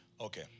Okay